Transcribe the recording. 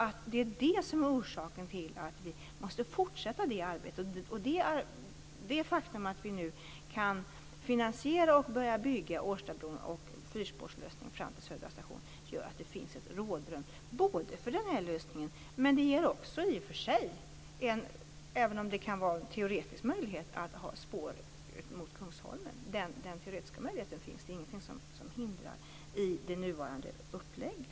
Det är detta som är orsaken till att vi måste fortsätta det arbetet. Att vi nu kan finansiera och börja bygga Årstabron och en fyrspårslösning fram till Södra station gör att det finns ett rådrum för den här lösningen och också för att ha spår ut mot Kungsholmen, även om det är en teoretisk möjlighet. Det finns inga hinder mot detta i det nuvarande upplägget.